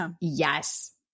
Yes